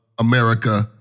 America